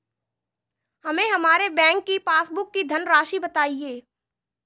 हमें हमारे बैंक की पासबुक की धन राशि बताइए